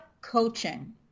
coaching